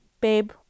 babe